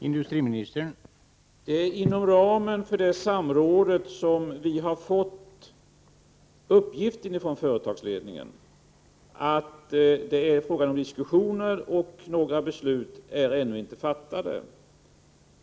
Herr talman! Det är inom ramen för detta samråd som vi har fått uppgiften från företagsledningen att det är fråga om diskussioner och att några beslut ännu inte är fattade.